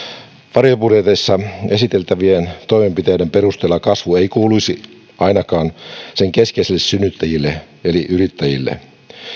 varjobudjeteissa esiteltävien toimenpiteiden perusteella kasvu ei kuuluisi ainakaan sen keskeisille synnyttäjille eli yrittäjille